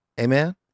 Amen